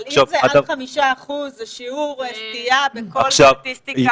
אבל אם זה עד 5% זה שיעור סטייה בכל סטטיסטיקה.